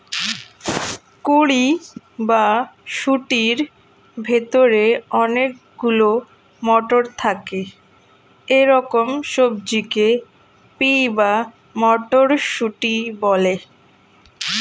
কুঁড়ি বা শুঁটির ভেতরে অনেক গুলো মটর থাকে এরকম সবজিকে পি বা মটরশুঁটি বলে